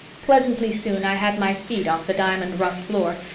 pleasantly soon i had my feet off the diamond-rough floor,